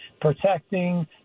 protecting